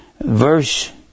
Verse